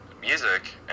music